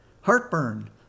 heartburn